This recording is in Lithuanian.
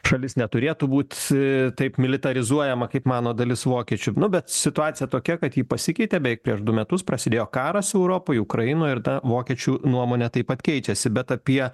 šalis neturėtų būt taip militarizuojama kaip mano dalis vokiečių nu bet situacija tokia kad ji pasikeitė beveik prieš du metus prasidėjo karas europoj ukrainoje ir ta vokiečių nuomonė taip pat keičiasi bet apie